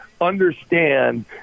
understand